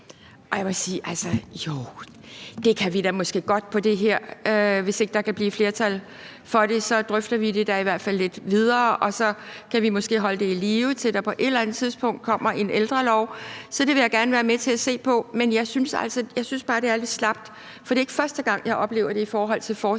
Jeg må sige, altså joh, det kan vi da måske godt om det her; hvis der ikke kan blive et flertal for det, så drøfter vi det da i hvert fald lidt videre, og så kan vi måske holde det i live, indtil der på et eller andet tidspunkt kommer en ældrelov, så det vil jeg gerne være med til at se på. Men jeg synes altså bare det er lidt slapt, for det er ikke første gang, jeg oplever det i forhold til forslag